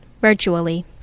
virtually